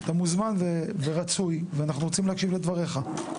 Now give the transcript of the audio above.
אתה מוזמן ורצוי ואנחנו רוצים לשמוע את דבריך.